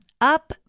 up